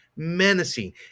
menacing